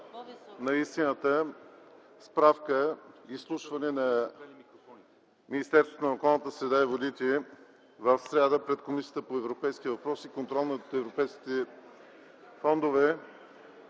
на истината. Справка – в изслушване на Министерството на околната среда и водите в сряда пред Комисията по европейските въпроси и контрол на европейските фондове